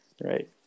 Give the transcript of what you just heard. Right